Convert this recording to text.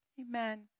Amen